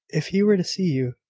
if he were to see you,